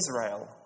Israel